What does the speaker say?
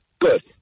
Good